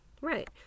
Right